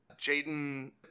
Jaden